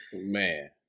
Man